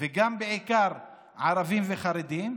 וגם בעיקר ערבים וחרדים,